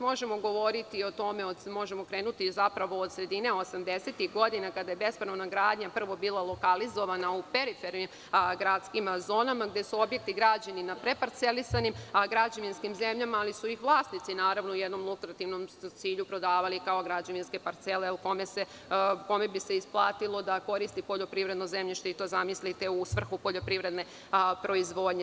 Možemo govoriti o tome, možemo krenuti zapravo od sredine osamdesetih godina kada je bespravna gradnja prvo bila lokalizovana u perifernim gradskim zonama gde su objekti građeni na preparcelisanim građevinskim zemljama, ali su ih vlasnici naravno u jednom lutrativnom cilju prodavali kao građevinske parcele, kome bi se isplatilo da koristi poljoprivredno zemljište i to, zamislite, u svrhu poljoprivredne proizvodnje.